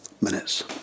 minutes